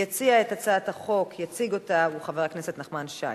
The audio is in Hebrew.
יציג את הצעת החוק חבר הכנסת נחמן שי.